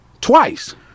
Twice